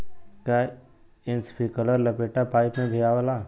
का इस्प्रिंकलर लपेटा पाइप में भी आवेला?